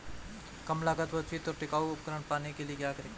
कम लागत पर उचित और टिकाऊ उपकरण पाने के लिए क्या करें?